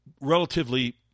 relatively